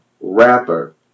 rapper